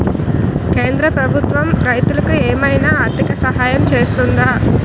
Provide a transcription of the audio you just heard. కేంద్ర ప్రభుత్వం రైతులకు ఏమైనా ఆర్థిక సాయం చేస్తుందా?